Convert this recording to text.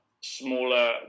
smaller